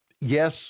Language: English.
Yes